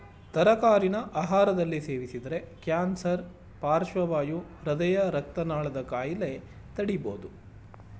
ತರಕಾರಿನ ಆಹಾರದಲ್ಲಿ ಸೇವಿಸಿದರೆ ಕ್ಯಾನ್ಸರ್ ಪಾರ್ಶ್ವವಾಯು ಹೃದಯ ರಕ್ತನಾಳದ ಕಾಯಿಲೆ ತಡಿಬೋದು